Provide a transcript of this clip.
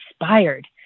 inspired